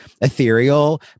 ethereal